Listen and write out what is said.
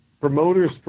promoters